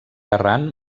errant